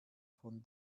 von